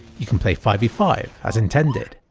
you can play five v five, as intended.